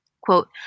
Quote